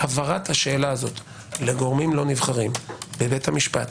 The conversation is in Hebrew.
העברת השאלה הזו לגורמים לא נבחרים, לבית המשפט